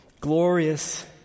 glorious